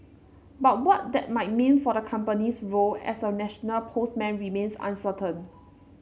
but what that might mean for the company's role as a national postman remains uncertain